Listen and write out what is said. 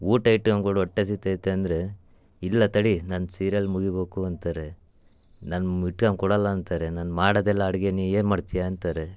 ಊಟ ಐಟಮ್ ಕೊಡು ಹೊಟ್ಟೆ ಹಸಿತೈತೆ ಅಂದರೆ ಇಲ್ಲ ತಡಿ ನನ್ನ ಸೀರಿಯಲ್ ಮುಗೀಬೇಕು ಅಂತಾರೆ ನನ್ನ ಕೊಡೋಲ್ಲ ಅಂತಾರೆ ನಾನು ಮಾಡೋದೆ ಇಲ್ಲ ಅಡಿಗೆ ನೀನು ಏನು ಮಾಡ್ತೀಯಾ ಅಂತಾರೆ